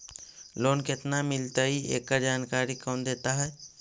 Loan केत्ना मिलतई एकड़ जानकारी कौन देता है?